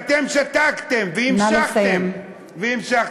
ואתם שתקתם והמשכתם.